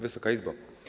Wysoka Izbo!